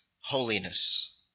holiness